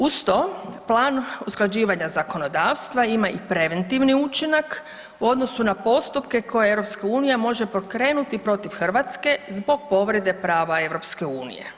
Uz to plan usklađivanja zakonodavstva ima i preventivni učinak u odnosu na postupke koje EU može pokrenuti protiv Hrvatske zbog povrede prava EU.